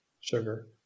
sugar